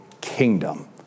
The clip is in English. kingdom